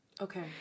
Okay